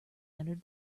entered